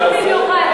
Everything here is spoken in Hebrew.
לשרים, לשרים,